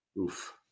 Oof